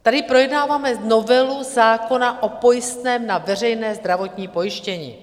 Tady projednáváme novelu zákona o pojistném na veřejné zdravotní pojištění.